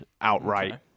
outright